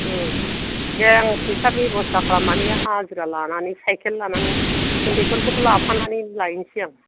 औ दे आं फैसा बेब'स्था खालामनानै हाजिरा लानानै साइकेल लानानै उन्दैफोरखौबो लाफानानै लायनिसै आं